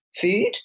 food